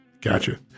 Gotcha